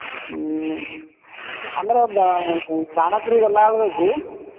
ଆମର ବାଣପୁର ଗଲାବେଳକୁ